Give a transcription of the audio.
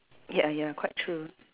ya ya quite true